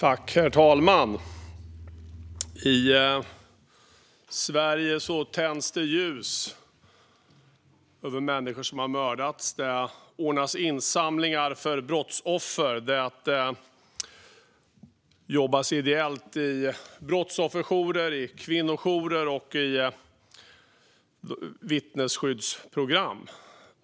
Herr talman! I Sverige tänds det ljus för människor som har mördats. Det ordnas insamlingar till brottsoffer. Det arbetas ideellt i brottsofferjourer, kvinnojourer och vittnesskyddsprogram.